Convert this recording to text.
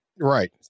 Right